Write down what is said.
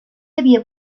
havia